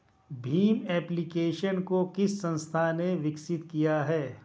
Bhim application को किस संस्था ने विकसित किया है?